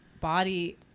body